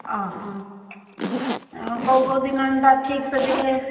ଅ ହଁ ଆଉ କୋଉ କୋଉ ଦିନ ଏନ୍ତା ଫିକ୍ସ୍ ଅଛେ କି